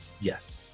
Yes